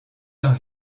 leur